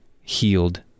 healed